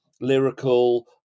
lyrical